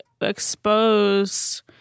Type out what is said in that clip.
expose